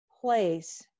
place